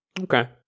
Okay